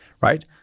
right